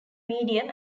medium